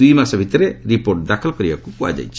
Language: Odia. ଦୁଇ ମାସ ଭିତରେ ରିପୋର୍ଟ ଦାଖଲ୍ କରିବାକୁ କୁହାଯାଇଛି